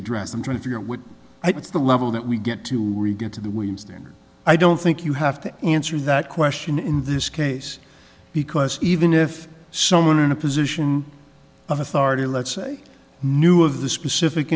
address i'm trying to figure with what's the level that we get to we get to the whims then i don't think you have to answer that question in this case because even if someone in a position of authority let's say knew of the specific